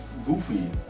Goofy